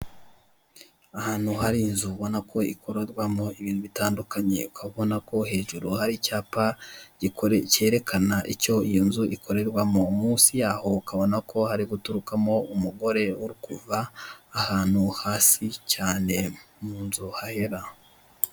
Ahantu hari inzu ubona ko ikorerwamo ibintu bitandukanye ukaba ubona ko hejuru hari icyapa cyerekana icyo inzu ikorerwamo musi yaho ukabona ko haturukamo umugore uri kuva ahantu hasi cyane mu inzu hahera.